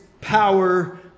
power